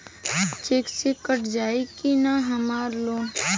Check से कट जाई की ना हमार लोन?